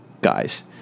guys